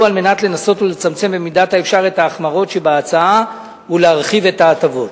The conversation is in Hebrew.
לנסות לצמצם במידת האפשר את ההחמרות שבהצעה ולהרחיב את ההטבות.